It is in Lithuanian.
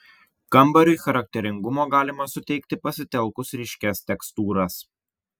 kambariui charakteringumo galima suteikti pasitelkus ryškias tekstūras